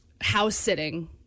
house-sitting